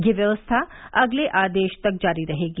यह व्यवस्था अगले आदेश तक जारी रहेगी